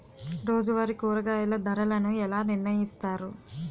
రోజువారి కూరగాయల ధరలను ఎలా నిర్ణయిస్తారు?